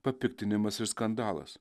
papiktinimas ir skandalas